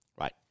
Right